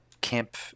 Camp